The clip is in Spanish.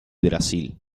brasil